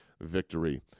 victory